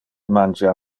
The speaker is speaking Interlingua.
mangia